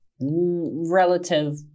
relative